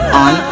on